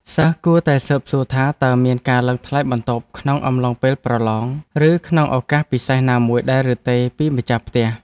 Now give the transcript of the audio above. សិស្សគួរតែស៊ើបសួរថា តើមានការឡើងថ្លៃបន្ទប់ក្នុងអំឡុងពេលប្រឡង ឬក្នុងឱកាសពិសេសណាមួយដែរឬទេពីម្ចាស់ផ្ទះ។